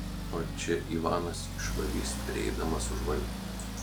o čia ivanas išvarys prieidamas už valgį